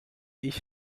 ich